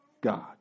God